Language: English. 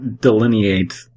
delineate